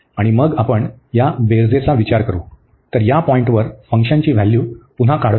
आणि मग आपण या बेरीजचा विचार करू तर या पॉईंटवर फंक्शनची व्हॅल्यू पुन्हा काढत आहोत